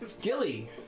Gilly